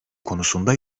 konusunda